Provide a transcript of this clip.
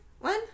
one